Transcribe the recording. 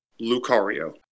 Lucario